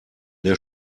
der